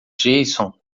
jason